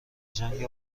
جنگ